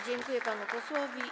Dziękuję panu posłowi.